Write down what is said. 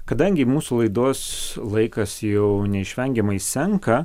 kadangi mūsų laidos laikas jau neišvengiamai senka